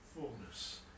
fullness